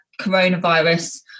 coronavirus